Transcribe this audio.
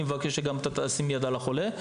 ואני מבקש שגם ישים יד על החולה.